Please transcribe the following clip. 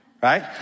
Right